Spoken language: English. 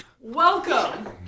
welcome